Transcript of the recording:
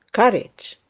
courage!